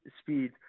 speed